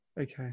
Okay